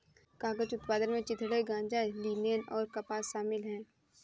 कागज उत्पादन में चिथड़े गांजा लिनेन और कपास शामिल है